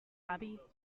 bobbie